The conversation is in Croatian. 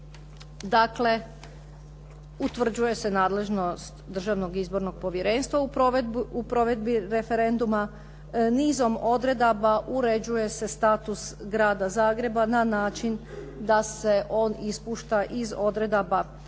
dakle utvrđuje se nadležnost Državnog izbornog povjerenstva u provedbi referenduma. Nizom odredaba uređuje se status Grada Zagreba na način da se on ispušta iz odredaba koje